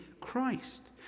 Christ